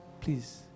please